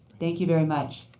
thank you very much.